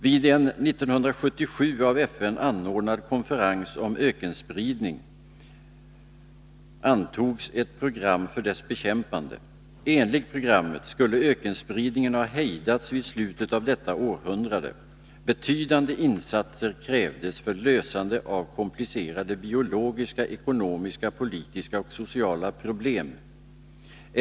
Vid en 1977 av FN anordnad konferens om ökenspridning antogs ett program för dess bekämpande. Enligt programmet skulle ökenspridningen ha hejdats vid slutet av detta århundrade. Betydande insatser krävdes för lösande av komplicerade biologiska, ekonomiska, politiska och sociala problem.